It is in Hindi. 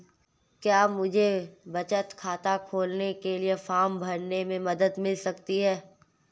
क्या मुझे बचत खाता खोलने के लिए फॉर्म भरने में मदद मिल सकती है?